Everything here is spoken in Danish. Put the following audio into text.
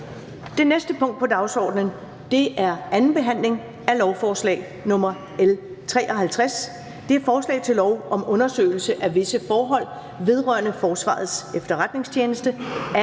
Det næste punkt på dagsordenen er: 9) 2. behandling af lovforslag nr. L 53: Forslag til lov om undersøgelse af visse forhold vedrørende Forsvarets Efterretningstjeneste. Af